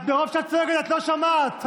מרוב שאת צועקת, את לא שומעת.